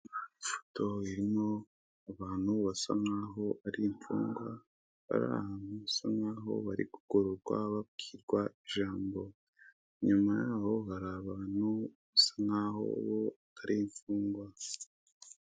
Iyi foto irimo abantu basa nk'aho ari imfungwa bari ahantu basa nk'aho bari kugororwa babwirwa ijambo. Inyuma yabo hari abantu basa nk'aho ari imfungwa.